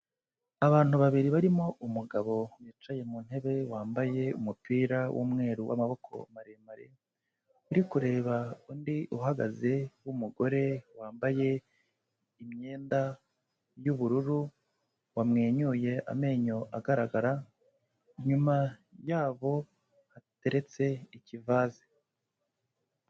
Abantu babiri barimo umugabo wicaye mu ntebe, wambaye umupira w'umweru w'amaboko maremare, uri kureba undi uhagaze w'umugore wambaye imyenda y'ubururu, wamwenyuye amenyo agaragara, inyuma yabo hateretse ikivaze.